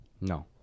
No